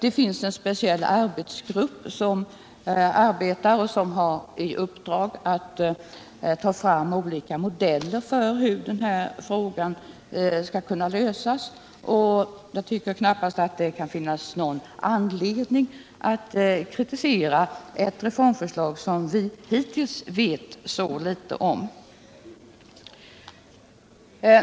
En speciell arbetsgrupp har i uppdrag att ta fram olika modeller för hur denna fråga skall kunna lösas, och jag tycker knappast att det kan finnas någon anledning att kritisera ett reformförslag som vi hittills vet så litet om.